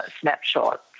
snapshot